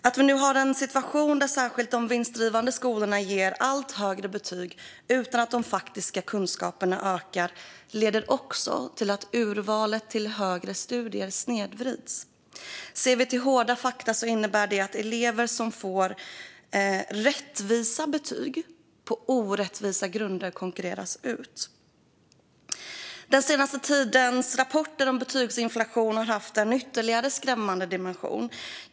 Att vi nu har en situation där särskilt de vinstdrivande skolorna ger allt högre betyg utan att de faktiska kunskaperna ökar leder också till att urvalet till högre studier snedvrids. Ser vi till hårda fakta innebär detta att elever som får rättvisa betyg blir utkonkurrerade på orättvisa grunder. Den senaste tidens rapporter om betygsinflation har haft en ytterligare skrämmande dimension.